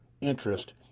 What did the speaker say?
interest